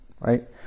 Right